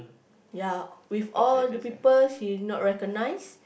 ya with all the people he not recognise